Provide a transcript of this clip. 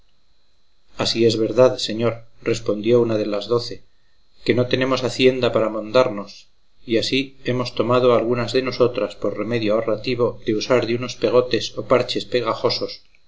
así es la verdad señor respondió una de las doce que no tenemos hacienda para mondarnos y así hemos tomado algunas de nosotras por remedio ahorrativo de usar de unos pegotes o parches pegajosos